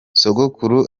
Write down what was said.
sogokuru